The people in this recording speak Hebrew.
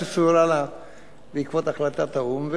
שצוירה לה בעקבות החלטת האו"ם,